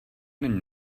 není